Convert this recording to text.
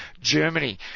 Germany